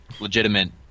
legitimate